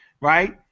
right